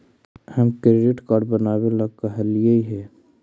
हम credit card बनावे ला कहलिऐ हे?